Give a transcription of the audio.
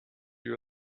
you